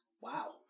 wow